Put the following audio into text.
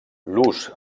l’ús